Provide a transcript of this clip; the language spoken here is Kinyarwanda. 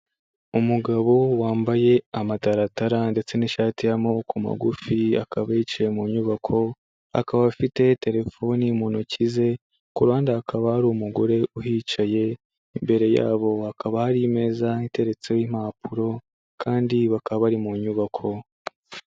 Umugabo wambaye amataratara ndetse n'ishati y'amaboko magufi, akaba yicaye mu nyubako, akaba afite telefoni mu ntoki ze, ku ruhande hakaba hari umugore uhicaye, imbere yabo hakaba hari imeza iteretseho impapuro kandi bakaba bari mu nyubako.